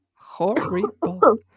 Horrible